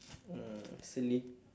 uh silly